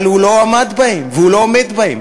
אבל הוא לא עמד בהן והוא לא עומד בהן.